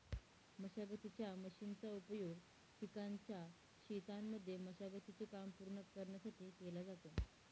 मशागतीच्या मशीनचा उपयोग पिकाच्या शेतांमध्ये मशागती चे काम पूर्ण करण्यासाठी केला जातो